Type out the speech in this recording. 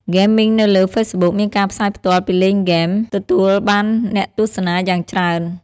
ហ្គេមមីង នៅលើ ហ្វេសបុក មានការផ្សាយផ្ទាល់ពីលេងហ្គេមទទួលបានអ្នកទស្សនាយ៉ាងច្រើន។